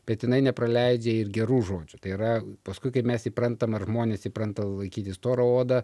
bet jinai nepraleidžia ir gerų žodžių tai yra paskui kai mes įprantam ar žmonės įpranta laikyti storą odą